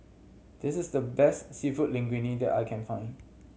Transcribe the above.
this is the best Seafood Linguine that I can find